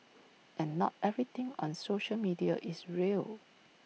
and not everything on social media is real